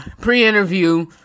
pre-interview